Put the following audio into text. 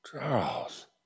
Charles